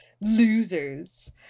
losers